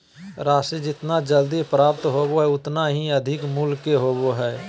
राशि जितना जल्दी प्राप्त होबो हइ उतना ही अधिक मूल्य के होबो हइ